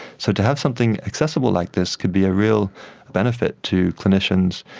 so to have something accessible like this could be a real benefit to clinicians,